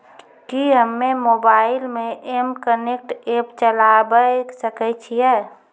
कि हम्मे मोबाइल मे एम कनेक्ट एप्प चलाबय सकै छियै?